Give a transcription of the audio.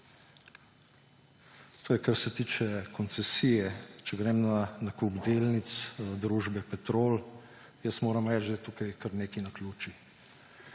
To je, kar se tiče koncesije. Če grem na nakup delnic družbe Petrol. Jaz moram reči, da je tukaj kar nekaj naključij.